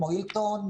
כמו הילטון,